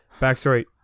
Backstory